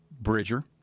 Bridger